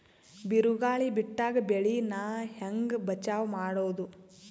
ಬಿರುಗಾಳಿ ಬಿಟ್ಟಾಗ ಬೆಳಿ ನಾ ಹೆಂಗ ಬಚಾವ್ ಮಾಡೊದು?